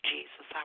Jesus